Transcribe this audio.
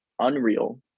unreal